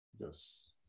yes